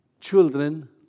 Children